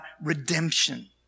redemption